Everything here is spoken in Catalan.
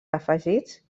afegits